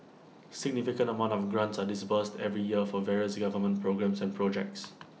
significant amounts of grants are disbursed every year for various government programmes and projects